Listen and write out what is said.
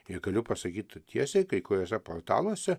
ir galiu pasakyt tiesiai kai kuriuose portaluose